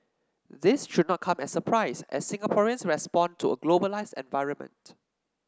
this should not come as surprise as Singaporeans respond to a globalised environment